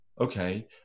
okay